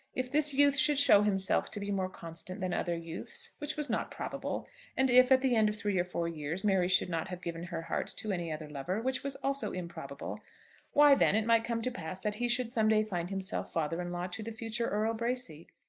if this youth should show himself to be more constant than other youths which was not probable and if, at the end of three or four years, mary should not have given her heart to any other lover which was also improbable why, then, it might come to pass that he should some day find himself father-in-law to the future earl bracy.